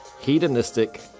hedonistic